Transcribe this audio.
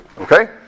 okay